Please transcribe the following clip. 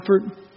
Comfort